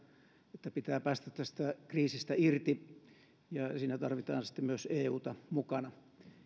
että pitää päästä tästä kriisistä irti ja siinä tarvitaan myös euta mukana